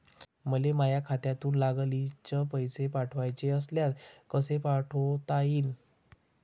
मले माह्या खात्यातून लागलीच पैसे पाठवाचे असल्यास कसे पाठोता यीन?